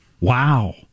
Wow